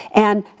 and